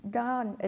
done